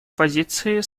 позиции